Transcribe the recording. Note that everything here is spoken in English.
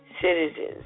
citizens